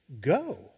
Go